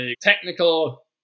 technical